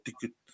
ticket